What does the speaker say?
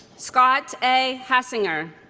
scott a. hassinger